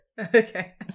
Okay